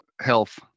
health